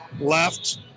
left